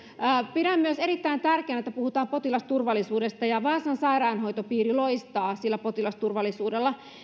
pidän myös erittäin tärkeänä että puhutaan potilasturvallisuudesta ja vaasan sairaanhoitopiiri loistaa sillä potilasturvallisuudella